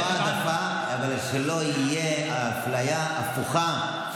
לא העדפה, שלא תהיה אפליה הפוכה.